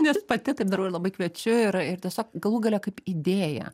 nes pati taip darau ir labai kviečiu ir ir tiesiog galų gale kaip idėja